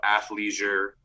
athleisure